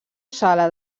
sala